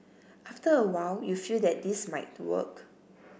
after a while you feel that this might work